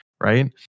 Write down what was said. right